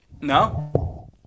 No